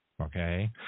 okay